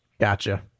gotcha